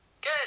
Good